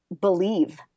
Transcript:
believe